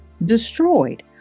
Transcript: destroyed